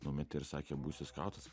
numetė ir sakė būsi skautas